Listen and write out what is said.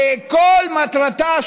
שכל מטרתה,